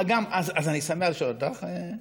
אה, אז אני שמח לשאול אותך.